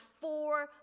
four